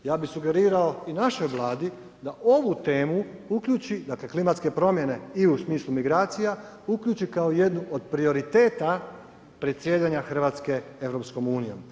Ja bi sugerirao i našoj Vladi da ovu temu uključi, dakle klimatske promjene i u smislu migracija, uključi kao jednu od prioriteta predsjedanja Hrvatske EU.